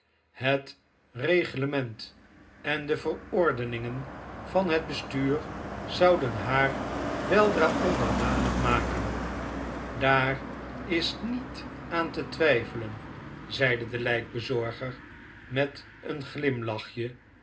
het reglement en de verordeningen van het bestuur zouden haar weldra onderdanig maken daar is niet aan te twijfelen zeide de lijkbezorger met een glimlachje